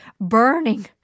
burning